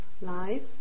life